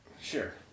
Sure